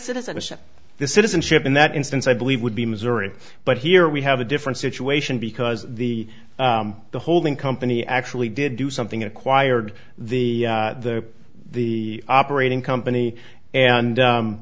citizenship the citizenship in that instance i believe would be missouri but here we have a different situation because the holding company actually did do something acquired the the operating company and